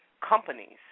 companies